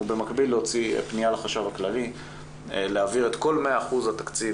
ובמקביל להוציא פניה לחשב הכללי להעביר את כל 100% התקציב